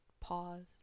pause